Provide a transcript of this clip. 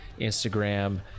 instagram